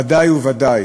ודאי וודאי